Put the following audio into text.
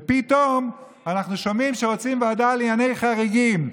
ופתאום אנחנו שומעים שרוצים ועדה לענייני חריגים.